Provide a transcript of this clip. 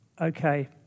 Okay